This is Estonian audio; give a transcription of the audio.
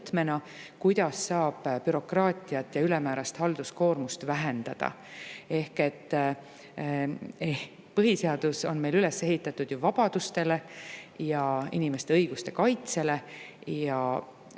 kuidas bürokraatiat ja ülemäärast halduskoormust vähendada. Põhiseadus on meil üles ehitatud ju vabadustele ja inimeste õiguste kaitsele.